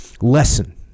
lesson